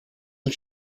and